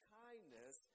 kindness